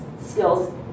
skills